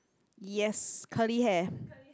yes curly hair